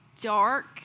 dark